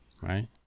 Right